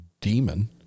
demon